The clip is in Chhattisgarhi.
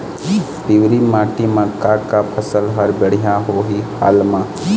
पिवरी माटी म का का फसल हर बढ़िया होही हाल मा?